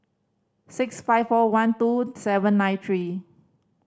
six five four one two seven nine three